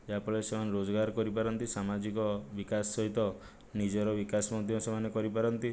ଯାହାଫଳରେ ସେମାନେ ରୋଜଗାର କରିପାରନ୍ତି ସାମାଜିକ ବିକାଶ ସହିତ ନିଜର ବିକାଶ ମଧ୍ୟ ସେମାନେ କରିପାରନ୍ତି